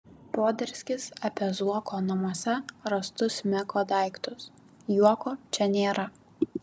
poderskis apie zuoko namuose rastus meko daiktus juoko čia nėra